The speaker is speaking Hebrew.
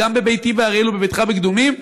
גם בביתי באריאל ובביתך בקדומים,